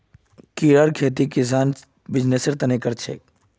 कीड़ार खेती किसान बीजनिस्सेर तने कर छे